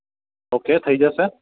okay થઈ જશે